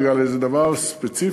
בגלל איזה דבר ספציפי,